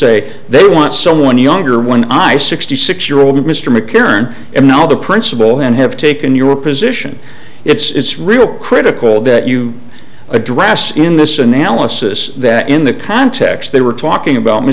say they want someone younger when i sixty six year old mr mckern and not the principal and have taken your position it's real critical that you address in this analysis that in the context they were talking about